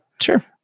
Sure